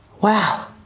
Wow